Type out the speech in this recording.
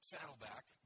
Saddleback